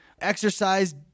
exercise